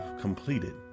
completed